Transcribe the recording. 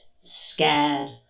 scared